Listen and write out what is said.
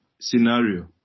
scenario